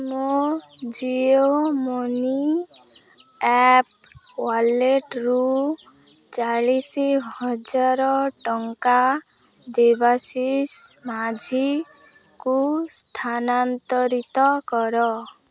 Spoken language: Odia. ମୋ ଜିଓ ମନି ଆପ୍ ୱାଲେଟ୍ରୁ ଚାଳିଶ ହଜାର ଟଙ୍କା ଦେବାଶିଷ ମାଝୀଙ୍କୁ ସ୍ଥାନାନ୍ତରିତ କର